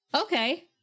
okay